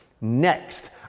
Next